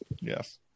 Yes